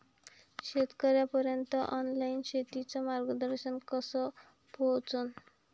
शेतकर्याइपर्यंत ऑनलाईन शेतीचं मार्गदर्शन कस पोहोचन?